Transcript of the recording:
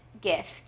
gift